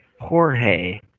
Jorge